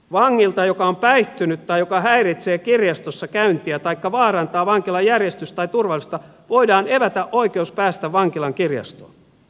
vangilta joka on päihtynyt tai joka häiritsee kirjastossa käyntiä taikka vaarantaa vankilan järjestystä tai turvallisuutta voidaan evätä oikeus päästä vankilan kirjastoon